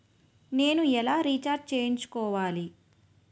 నేను ఎలా రీఛార్జ్ చేయించుకోవాలి?